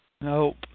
Nope